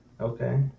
Okay